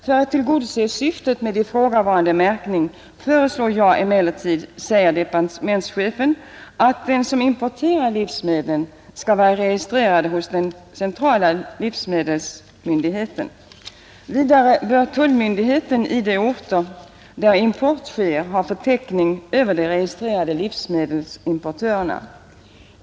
För att tillgodose syftet med nu ifrågavarande märkning föreslår jag emellertid att den som importerar livsmedel skall vara registrerad hos den centrala livsmedelsmyndigheten. Vidare bör tullmyndigheterna i de orter där import sker ha förteckning över de registrerade livsmedelsimportörerna.